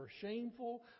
shameful